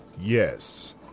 Yes